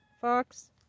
Fox